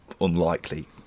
unlikely